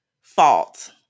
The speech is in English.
fault